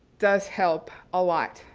does help a lot.